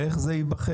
איך זה ייבחן?